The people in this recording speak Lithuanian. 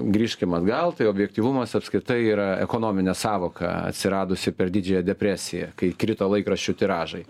grįžkim atgal tai objektyvumas apskritai yra ekonominė sąvoka atsiradusi per didžiąją depresiją kai krito laikraščių tiražai